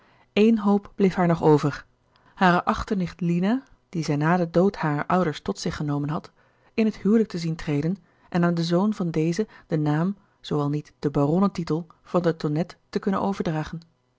ééne hoop bleef haar nog over hare achternicht lina die zij na den dood harer ouders tot zich genomen had in het huwelijk te zien treden en aan den zoon van deze den naam zoo al niet den baronnentitel van de tonnette te kunnen overdragen